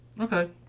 Okay